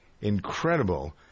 incredible